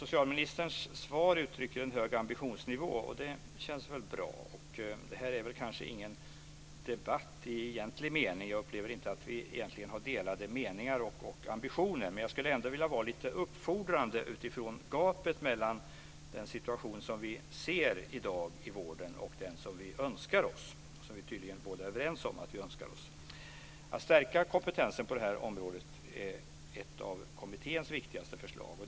Socialministerns svar uttrycker en hög ambitionsnivå, och det känns väl bra. Det här är kanske inte en debatt i egentlig mening. Jag upplever inte att vi egentligen har delade meningar och ambitioner, men jag skulle ändå vilja vara lite uppfordrande utifrån gapet mellan den situation som vi i dag ser i vården och den som vi tydligen båda är överens om att önska. Att kompetensen på det här området ska stärkas är ett av kommitténs viktigaste förslag.